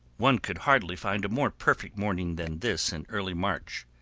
one could hardly find a more perfect morning than this in early march.